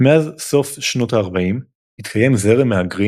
מאז סוף שנות ה-40 התקיים זרם מהגרים